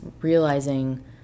realizing